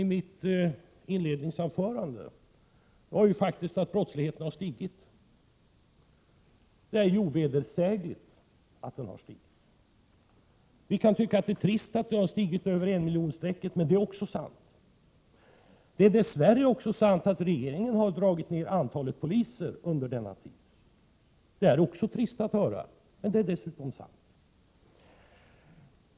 Vad jag sade i mitt inledningsanförande var faktiskt att brottsligheten har stigit. Det är ovedersägligt att den har gjort det. Vi kan tycka att det är trist att antalet brott har stigit över enmiljonstrecket-men det är också sant. Det är dess värre också sant att regeringen har dragit ned antalet poliser under denna tid. Det är också trist, men det är dessutom sant.